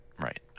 Right